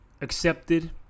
accepted